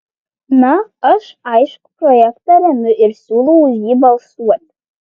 na aš aišku projektą remiu ir siūlau už jį balsuoti